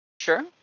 Sure